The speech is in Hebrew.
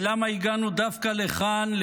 ולמה הגענו דווקא לכאן,